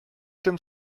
tym